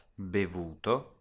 Bevuto